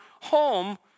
home